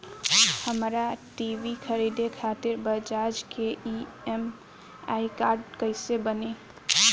हमरा टी.वी खरीदे खातिर बज़ाज़ के ई.एम.आई कार्ड कईसे बनी?